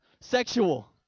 sexual